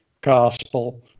gospel